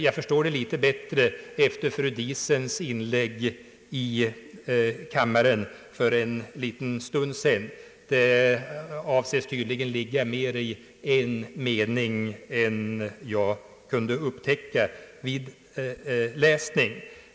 Jag förstår det litet bättre efter fru Diesens inlägg i kammaren för en liten stund sedan. Det ligger tydligen mera i en mening än jag kunde upptäcka vid läsningen.